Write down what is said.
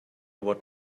what